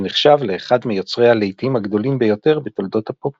שנחשב לאחד מיוצרי הלהיטים הגדולים ביותר בתולדות הפופ.